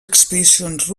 expedicions